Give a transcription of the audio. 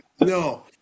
No